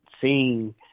seeing